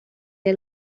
del